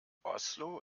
oslo